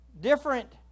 different